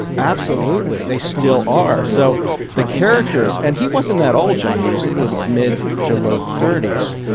absolutely. they still are. so the characters. and he wasn't that old john. he was mid to low thirties.